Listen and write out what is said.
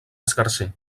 escarser